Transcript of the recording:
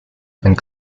and